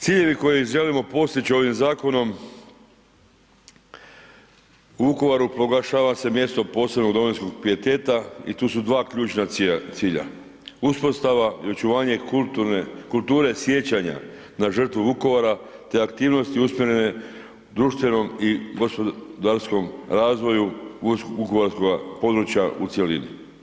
Ciljevi koje želimo postići ovim zakonom u Vukovaru proglašava se mjesto posebnog domovinskog pijeteta i tu su dva ključna cilja, uspostava i očuvanje kulture sjećanja na žrtvu Vukovara te aktivnosti usmjerene društvenom i gospodarskom razvoju vukovarskoga područja u cjelini.